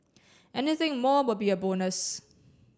anything more will be a bonus